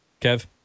Kev